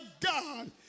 God